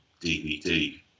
DVD